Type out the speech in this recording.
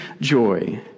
joy